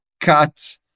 Cut